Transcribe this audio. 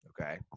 Okay